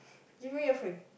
give me your phone